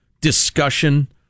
Discussion